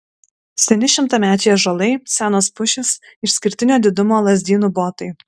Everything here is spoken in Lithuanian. seni šimtamečiai ąžuolai senos pušys išskirtinio didumo lazdynų botai